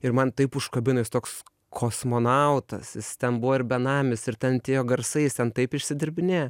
ir man taip užkabino jis toks kosmonautas jis ten buvo ir benamis ir ten tie jo garsais ten jis taip išsidirbinėja